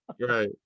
right